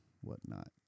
whatnot